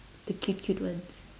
the cute cute ones